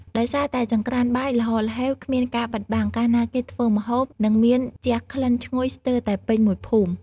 ដោយសារតែចង្រ្កានបាយល្ហល្ហេវគ្មានការបិទបាំង កាលណាគេធ្វើម្ហូប នឹងមានជះក្លិនឈ្ងុយស្ទើរតែពេញមួយភូមិ។